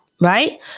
right